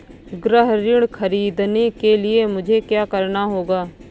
गृह ऋण ख़रीदने के लिए मुझे क्या करना होगा?